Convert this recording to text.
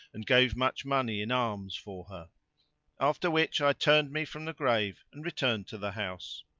and gave much money in alms for her after which i turned me from the grave and returned to the house.